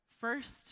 first